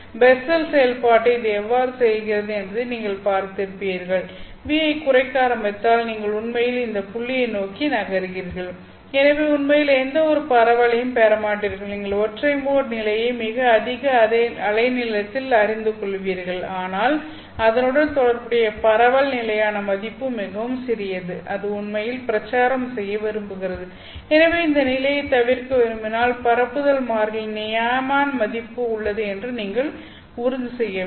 Bessel செயல்பாட்டை இது எவ்வாறு செய்கிறது என்பதை நீங்கள் பார்க்கிறீர்கள் V ஐ குறைக்க ஆரம்பித்தால் நீங்கள் உண்மையில் இந்த புள்ளியை நோக்கி நகர்கிறீர்கள் எனவே உண்மையில் எந்தவொரு பரவலையும் பெறமாட்டீர்கள் நீங்கள் ஒற்றை மோட் நிலையை மிக அதிக அலை நீளத்தில் அறிந்து கொள்வீர்கள் ஆனால் அதனுடன் தொடர்புடைய பரவல் நிலையான மதிப்பு மிகவும் சிறியது அது உண்மையில் பிரச்சாரம் செய்ய விரும்புகிறது எனவே இந்த நிலையைத் தவிர்க்க விரும்பினால் பரப்புதல் மாறிலியின் நியாயமான மதிப்பு உள்ளது என்று நீங்கள் உறுதி செய்ய வேண்டும்